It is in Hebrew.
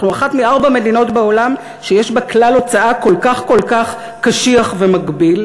אנחנו אחת מארבע מדינות בעולם שיש בה כלל הוצאה כל כך קשיח ומגביל.